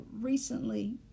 recently